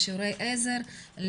לשיעורי עזר,